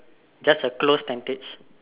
just a close tentage